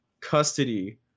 custody